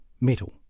metal